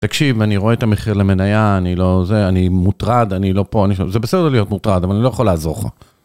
תקשיב, אני רואה את המחיר למנייה, אני לא זה, אני מוטרד, אני לא פה, זה בסדר להיות מוטרד, אבל אני לא יכול לעזור לך.